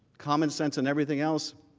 common sense and everything else,